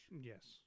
Yes